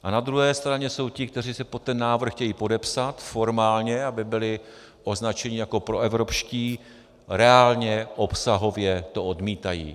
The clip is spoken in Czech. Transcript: A na druhé straně jsou ti, kteří se pod ten návrh chtějí podepsat formálně, aby byli označeni jako proevropští, reálně, obsahově to odmítají.